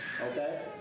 Okay